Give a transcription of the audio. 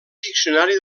diccionari